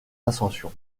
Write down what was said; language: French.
ascension